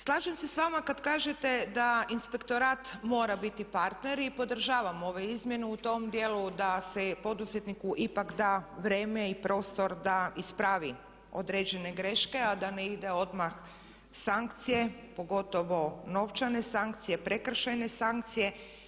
Slažem se s vama kad kažete da inspektorat mora biti partner i podržavam ove izmjene u tom dijelu da se poduzetniku ipak da vrijeme i prostor da ispravi određene greške, a da ne ide odmah sankcije, pogotovo novčane sankcije, prekršajne sankcije.